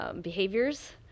behaviors